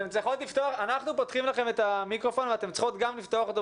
לא היה פה שום עניין של אי ודאות אם צריך או לא צריך לסגור.